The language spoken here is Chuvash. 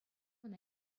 ӑна